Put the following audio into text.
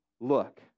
look